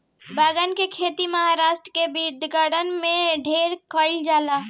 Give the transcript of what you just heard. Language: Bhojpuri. बैगन के खेती महाराष्ट्र के विदर्भ में ढेरे कईल जाला